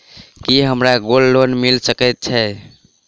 की हमरा gold loan मिल सकैत ये?